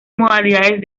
modalidades